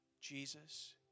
Jesus